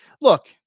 Look